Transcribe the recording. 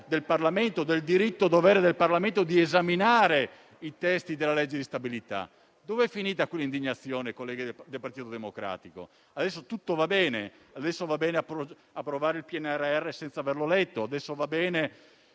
del Parlamento e del diritto-dovere del Parlamento di esaminare i testi della legge di stabilità. Dov'è finita quell'indignazione, colleghi del Partito Democratico? Adesso tutto va bene? Adesso va bene approvare il PNRR e porre la questione